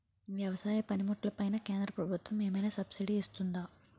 వ్యవసాయ పనిముట్లు పైన కేంద్రప్రభుత్వం ఏమైనా సబ్సిడీ ఇస్తుందా?